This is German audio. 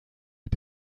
mit